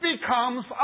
becomes